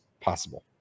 possible